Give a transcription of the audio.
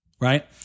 right